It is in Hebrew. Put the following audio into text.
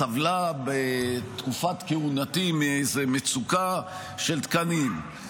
סבלה בתקופת כהונתי מאיזו מצוקה של תקנים,